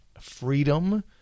freedom